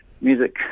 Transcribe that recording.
music